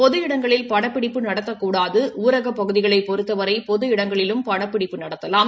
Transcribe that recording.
பொது இடங்களில் படப்பிடிப்பு நடத்தக்கூடாது ஊரகப்பகுதிகளைக் பொறுத்தவரை பொது இடங்களிலும் படப்பிடிப்பு நடத்தலாம்